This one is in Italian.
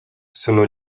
sono